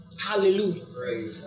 Hallelujah